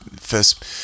first